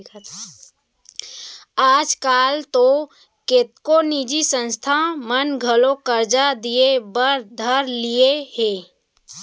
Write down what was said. आज काल तो कतको निजी संस्था मन घलौ करजा दिये बर धर लिये हें